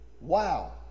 Wow